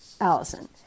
Allison